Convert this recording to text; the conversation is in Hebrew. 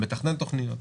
מתכנן תוכניות.